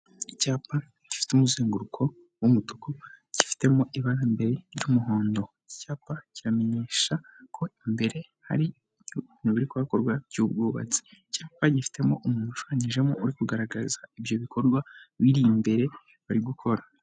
Icyapa gifite umuzenguruko w'umutuku gifitemo ibara imbere ry'umuhondo, iki cyapa kiramenyesha ko imbere hari ibintu biri kuhakorwa by'ubwubatsi, icyapa gifitemo umuntu ushushanyijemo uri kugaragaza ibyo bikorwa biri imbere bari gukora.